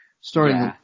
starting